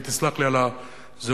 ותסלח לי על הזהות